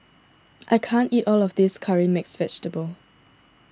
I can't eat all of this Curry Mixed Vegetable